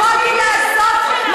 איפה יריב לוין, השותף שלך?